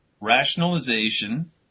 rationalization